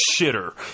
shitter